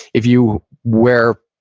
if you wear,